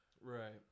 Right